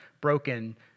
broken